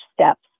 steps